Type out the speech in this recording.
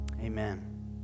amen